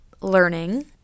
learning